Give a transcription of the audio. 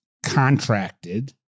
contracted